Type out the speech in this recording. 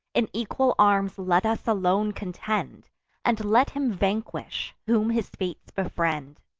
in equal arms let us alone contend and let him vanquish, whom his fates befriend.